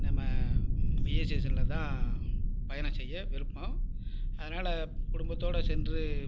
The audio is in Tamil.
நம்ம வெயில் சீசனில் தான் பயண செய்ய விருப்பம் அதனால குடும்பத்தோடய சென்று